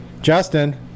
Justin